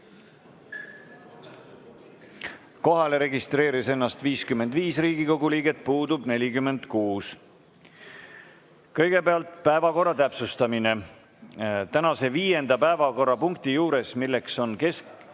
Kohalolijaks registreeris ennast 55 Riigikogu liiget, puudub 46.Kõigepealt päevakorra täpsustamine. Tänase viienda päevakorrapunkti juures, milleks on Eesti